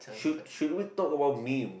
should should we talk about meme